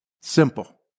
simple